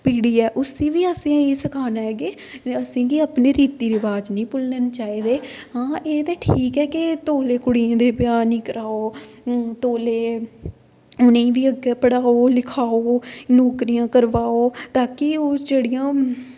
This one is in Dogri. पीढ़ी ऐ उसी बी असें एह् सखाना ऐ के असेंगी अपने रीति रिवाज़ निं भुल्लने चाहिदे हां एह् ते ठीक ऐ के तौले कुड़ियें दे ब्याह् निं कराओ तौले उ'ई बी अग्गें पढ़ाओ लखाओ नौकरियां करवाओ ताकि ओह् जेह्ड़ियां